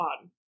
on